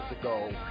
ago